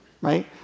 right